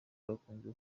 bakunze